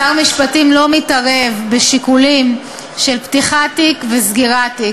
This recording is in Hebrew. שר משפטים לא מתערב בשיקולים של פתיחת תיק וסגירת תיק,